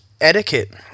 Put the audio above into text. etiquette